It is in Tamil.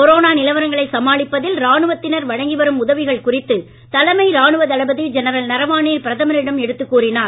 கொரோனா நிலவரங்களை சமாளிப்பதில் ராணுவத்தினர் வழங்கி வரும் உதவிகள் குறித்து தலைமை ராணுவ தளபதி ஜெனரல் நரவானே பிரதமரிடம் எடுத்து கூறினார்